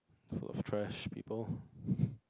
full of trash people